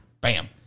Bam